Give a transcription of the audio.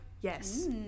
Yes